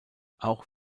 auch